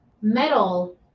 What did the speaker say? metal